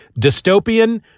dystopian